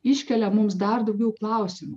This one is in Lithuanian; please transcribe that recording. iškelia mums dar daugiau klausimų